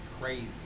crazy